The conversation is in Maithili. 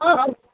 हँ हँ